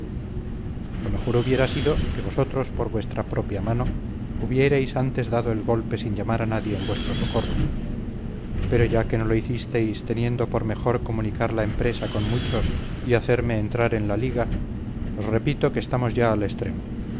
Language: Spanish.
lo mejor hubiera sido que vosotros por vuestra propia mano hubierais antes dado el golpe sin llamar a nadie en vuestro socorro pero ya que no lo hicisteis teniendo por mejor comunicar la empresa con muchos y hacerme entrar en la liga os repito que estamos ya al extremo